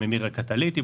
בממיר הקטליטי,